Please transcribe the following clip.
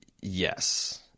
Yes